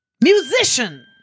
musician